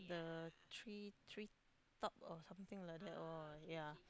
the tree treetop or something like that lor yeah